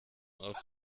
auf